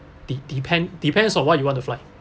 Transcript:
de~ depends depends on what you want to fly